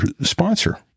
sponsor